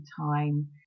time